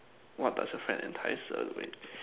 what does a friend entice